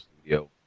studio